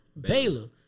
Baylor